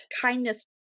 kindness